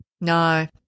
No